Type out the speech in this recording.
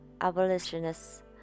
abolitionists